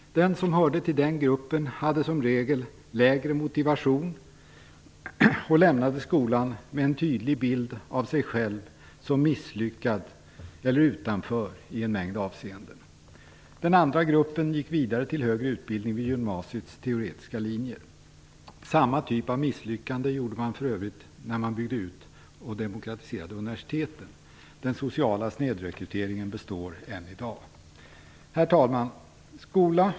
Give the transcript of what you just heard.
Den som hörde till denna grupp hade som regel lägre motivation och lämnade skolan med en tydlig bild av sig själv som misslyckad eller utanför i en mängd avseenden. Den andra gruppen gick vidare till högre utbildning vid gymnasiets teoretiska linjer. Samma typ av misslyckande gjorde man för övrigt när man byggde ut och demokratiserade universiteten. Den sociala snedrekryteringen består än i dag. Herr talman!